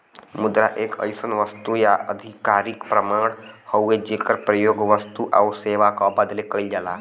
मुद्रा एक अइसन वस्तु या आधिकारिक प्रमाण हउवे जेकर प्रयोग वस्तु आउर सेवा क बदले कइल जाला